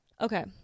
okay